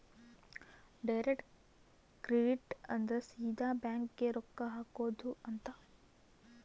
direct credit ಅಂದ್ರ ಸೀದಾ bank ಗೇ ರೊಕ್ಕ ಹಾಕೊಧ್ ಅಂತ